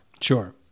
Sure